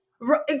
Right